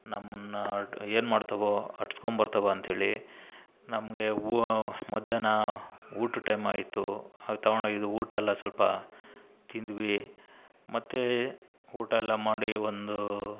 ನಮ್ಮನ್ನು ಏನ್ಮಾಡ್ತಾವೋ ಅಟ್ಸ್ಕೊಂಡು ಬರ್ತಾವೋ ಅಂಥೇಳಿ ನಮಗೆ ಊ ಮಧ್ಯಾಹ್ನ ಊಟದ ಟೈಮಾಯಿತು ಅಲ್ಲಿ ತಗೊಂಡೋಗಿದ್ದು ಊಟ ಎಲ್ಲ ಸ್ವಲ್ಪ ತಿಂದ್ವಿ ಮತ್ತೆ ಊಟ ಎಲ್ಲ ಮಾಡಿ ಒಂದು